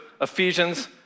Ephesians